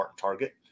Target